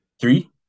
Three